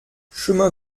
chemin